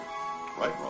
Right